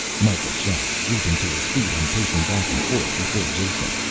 mikah shouted, leaping to his feet and pacing back and forth before jason,